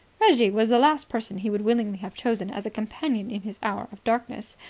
reggie was the last person he would willingly have chosen as a companion in his hour of darkness.